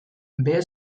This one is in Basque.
behe